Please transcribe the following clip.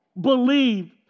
believe